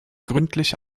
gründlich